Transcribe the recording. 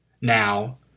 Now